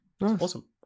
awesome